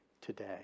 today